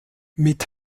mit